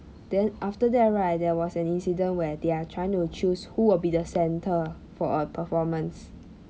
then after that right there was an incident where they are trying to choose who will be the centre for a performance